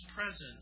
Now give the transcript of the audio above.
presence